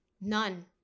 none